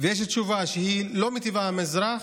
שיש תשובה שלא מיטיבה עם האזרח,